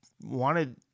wanted